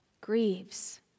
grieves